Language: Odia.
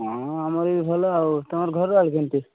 ହଁ ଆମର ବି ଭଲ ଆଉ ତୁମର ଘର ଆଡ଼େ କେମିତି